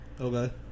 Okay